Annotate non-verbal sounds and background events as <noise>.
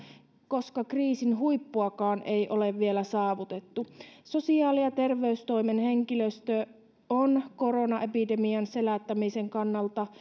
koska kriisin huippuakaan ei ole vielä saavutettu sosiaali ja terveystoimen henkilöstö on koronaepidemian selättämisen kannalta <unintelligible>